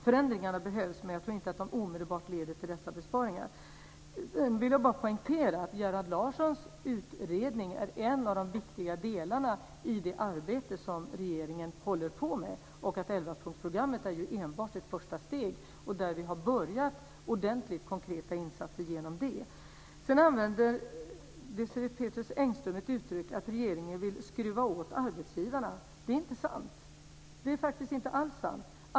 Förändringarna behövs, men jag tror inte att de omedelbart leder till dessa besparingar. Jag vill poängtera att Gerhard Larssons utredning är en viktig del i det arbete som regeringen håller på med. Elvapunktsprogrammet är enbart ett första steg. Vi har börjat med ordentliga konkreta insatser genom programmet. Désirée Pethrus Engström använder uttrycket att regeringen vill dra år tumskruvarna på arbetsgivarna. Det är inte alls sant.